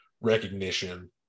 recognition